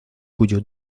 cuyo